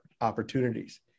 opportunities